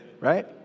right